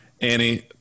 Annie